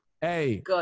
Hey